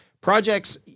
Projects